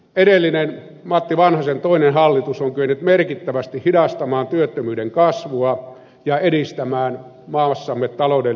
edellinen matti vanhasen toinen hallitus on kyennyt merkittävästi hidastamaan työttömyyden kasvua ja edistämään maassamme taloudellista toimeliaisuutta